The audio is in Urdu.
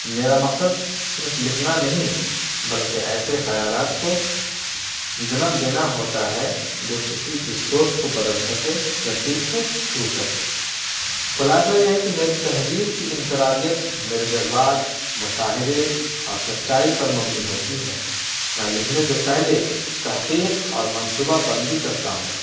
میرا مقصد صرف لکھنا نہیں بلکہ ایسے خیالات کو جنم دینا ہوتا ہے جو کسی کی سوچ کو بدل سکے یا دل کو چھو سکے خلاصہ یہ ہے کہ میری تحریر کی انفرادیت میرے جذبات مشاہدے اور سچائی پر مبنی ہوتی ہے میں لکھنے سے پہلے تحقیق اور منصوبہ بندی کرتا ہوں